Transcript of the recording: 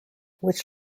which